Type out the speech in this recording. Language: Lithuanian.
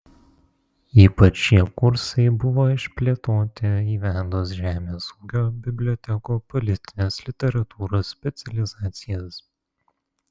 ypač šie kursai buvo išplėtoti įvedus žemės ūkio bibliotekų politinės literatūros specializacijas